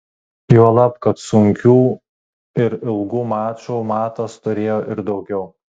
juolab kad sunkių ir ilgų mačų matas turėjo ir daugiau